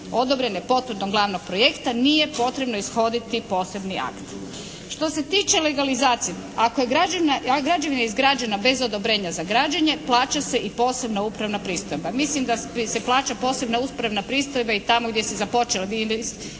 odobrene potvrdom glavnog projekta nije potrebno ishoditi posebni akt. Što se tiče legalizacije ako je građevina izgrađena bez odobrenja za građenje plaća se i posebna upravna pristojba. Mislim da se plaća posebna upravna pristojba i tamo gdje se započelo, gdje